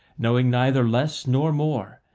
knowing neither less nor more,